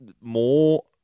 more